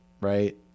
Right